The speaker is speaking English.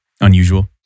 unusual